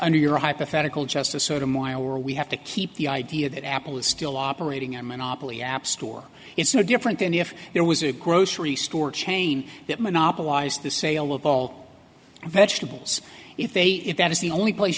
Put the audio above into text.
under your hypothetical just a sort of moral war we have to keep the idea that apple is still operating in monopoly appstore it's no different than if there was a grocery store chain that monopolized the sale of all vegetables if they if that is the only place